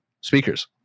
speakers